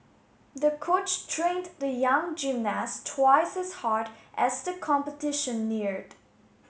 the coach trained the young gymnast twice as hard as the competition neared